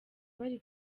bari